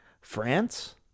France